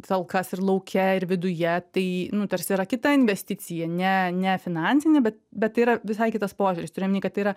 talkas ir lauke ir viduje tai nu tarsi yra kita investicija ne ne finansinė bet bet tai yra visai kitas požiūris turiu omeny kad tai yra